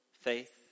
faith